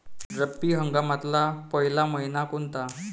रब्बी हंगामातला पयला मइना कोनता?